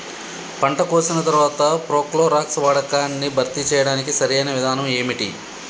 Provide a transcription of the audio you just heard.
పంట కోసిన తర్వాత ప్రోక్లోరాక్స్ వాడకాన్ని భర్తీ చేయడానికి సరియైన విధానం ఏమిటి?